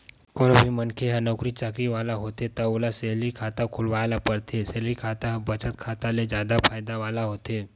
कोनो भी मनखे ह नउकरी चाकरी वाला होथे त ओला सेलरी खाता खोलवाए ल परथे, सेलरी खाता ह बचत खाता ले जादा फायदा वाला होथे